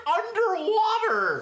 underwater